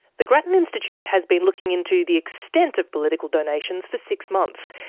the grattan institute has been looking into the extent of political donations for six months,